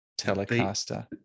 Telecaster